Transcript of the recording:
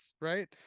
right